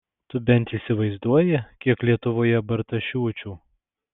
tu bent įsivaizduoji kiek lietuvoje bartašiūčių